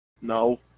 No